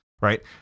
right